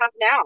now